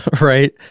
Right